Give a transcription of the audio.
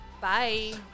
Bye